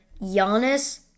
Giannis